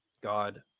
God